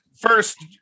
first